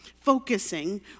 Focusing